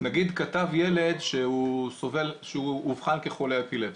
נגיד כתב ילד שהוא אובחן כחולה אפילפסיה.